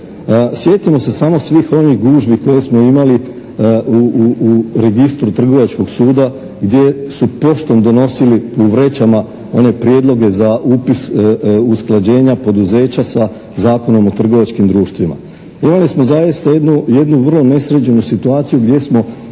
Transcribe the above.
Sjetimo se samo svih onih gužvi koje smo imali u registru trgovačkog suda gdje su poštom donosili u vrećama one prijedloge za upis usklađenja poduzeća sa Zakonom o trgovačkim društvima. Imali smo zaista jednu vrlo nesređenu situaciju gdje smo